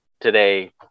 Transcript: today